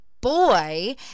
boy